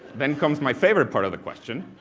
then comes my favorite part of the question